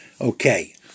Okay